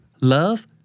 love